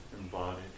embodied